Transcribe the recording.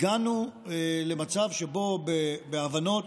הגענו למצב שבו בהבנות,